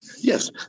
Yes